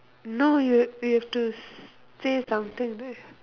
no you you have to say something